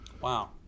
Wow